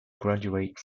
graduate